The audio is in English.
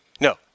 No